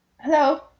hello